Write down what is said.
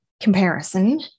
Comparison